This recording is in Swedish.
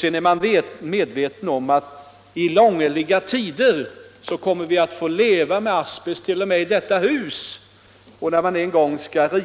Sedan måste vi vara medvetna om att vi i långliga tider kommer att få leva med asbest, t.o.m. i detta hus. När man en gång skall